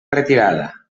retirada